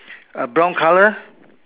a brown colour